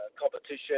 competition